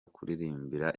kuririmbira